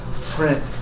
print